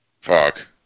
Fuck